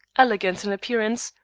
elegant in appearance,